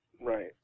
right